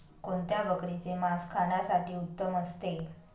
कोणत्या बकरीचे मास खाण्यासाठी उत्तम असते?